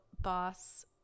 boss